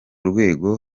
rwego